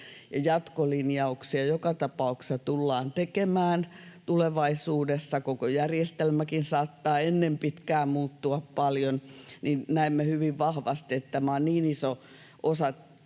jatkolinjauksia joka tapauksessa tullaan tekemään tulevaisuudessa, koko järjestelmäkin saattaa ennen pitkää muuttua paljon, niin näemme hyvin vahvasti, että tämä on osa niin isoa